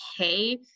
okay